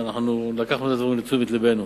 ואנחנו לקחנו את הדברים לתשומת לבנו.